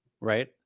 right